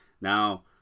now